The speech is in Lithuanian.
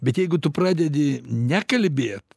bet jeigu tu pradedi nekalbėt